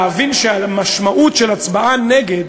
להבין שהמשמעות של הצבעה נגד